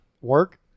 Work